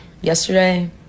yesterday